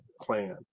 plan